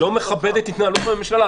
לא מכבד את התנהלות הממשלה.